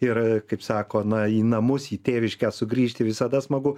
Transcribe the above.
ir kaip sako na į namus į tėviškę sugrįžti visada smagu